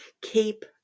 keep